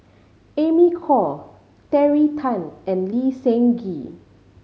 Amy Khor Terry Tan and Lee Seng Gee